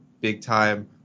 big-time